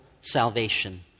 salvation